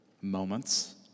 moments